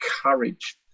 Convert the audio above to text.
courage